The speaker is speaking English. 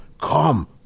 come